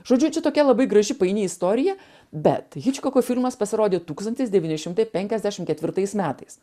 žodžiu čia tokia labai graži paini istorija bet hičkoko filmas pasirodė tūkstantis devyni šimtai penkiasdešim ketvirtais metais